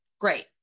great